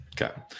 Okay